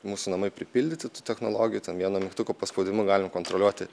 mūsų namai pripildyti tų technologijų vieno mygtuko paspaudimu galim kontroliuoti